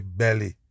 belly